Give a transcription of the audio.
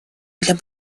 для